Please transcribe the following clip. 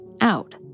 out